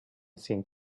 seemed